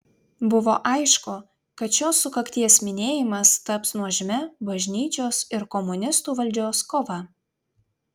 buvo aišku kad šios sukakties minėjimas taps nuožmia bažnyčios ir komunistų valdžios kova